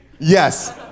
Yes